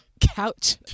couch